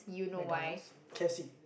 McDonald's K_F_C